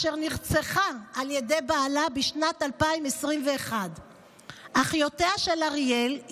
אשר נרצחה על ידי בעלה בשנת 2021. אחיותיה של אריאל,